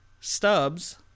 Stubs